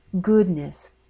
goodness